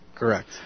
Correct